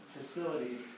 facilities